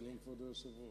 שלום, כבוד היושב-ראש.